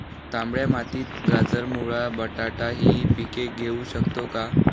तांबड्या मातीत गाजर, मुळा, बटाटा हि पिके घेऊ शकतो का?